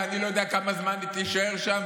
ואני לא יודע כמה זמן היא תישאר שם,